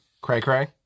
cray-cray